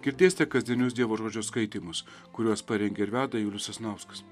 girdėsite kasdienius dievo žodžio skaitymus kuriuos parengė ir veda julius sasnauskas